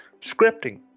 Scripting